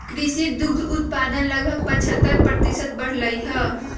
कृषि दुग्ध उत्पादन लगभग पचहत्तर प्रतिशत बढ़ लय है